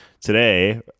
today